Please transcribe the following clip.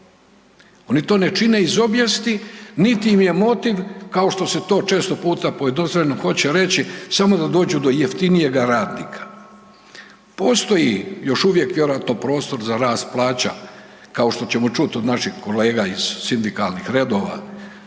Oni to ne čine iz obijesti niti im je motiv kao što se to često puta pojednostavljeno hoće reći, samo da dođu do jeftinijega radnika. Postoji još uvijek vjerojatno prostor za rast plaća, kao što ćemo čuti od naših kolega iz sindikalnih redova,